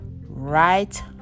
right